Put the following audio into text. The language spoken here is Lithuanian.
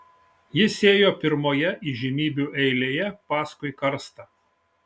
jis ėjo pirmoje įžymybių eilėje paskui karstą